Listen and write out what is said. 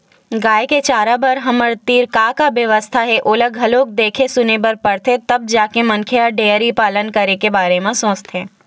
गाय के चारा बर हमर तीर का का बेवस्था हे ओला घलोक देखे सुने बर परथे तब जाके मनखे ह डेयरी पालन करे के बारे म सोचथे